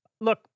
look